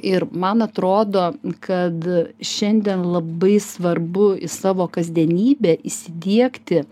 ir man atrodo kad šiandien labai svarbu į savo kasdienybę įsidiegti